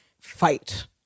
fight